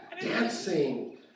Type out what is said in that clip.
dancing